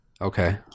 okay